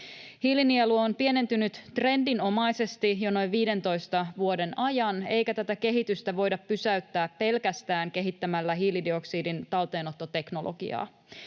Hiilinielu on pienentynyt trendinomaisesti jo noin 15 vuoden ajan, eikä tätä kehitystä voida pysäyttää pelkästään kehittämällä hiilidioksidin talteenottoteknologiaa.